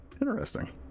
interesting